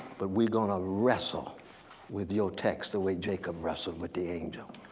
but we're going to wrestle with your text the way jacob wrestled with the angel,